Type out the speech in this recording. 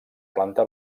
planta